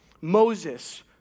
Moses